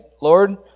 Lord